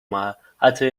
محل، حتی